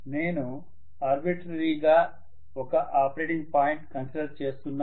నేను ఆర్బిట్రేరీ గా ఒక ఆపరేటింగ్ పాయింట్ కన్సిడర్ చేస్తున్నాను